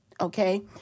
okay